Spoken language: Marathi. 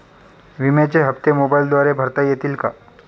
विम्याचे हप्ते मोबाइलद्वारे भरता येतील का?